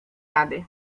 rady